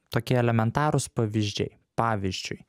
tokie elementarūs pavyzdžiai pavyzdžiui